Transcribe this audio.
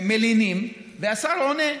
מלינים והשר עונה,